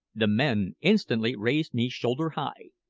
the men instantly raised me shoulder-high,